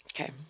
Okay